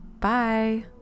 Bye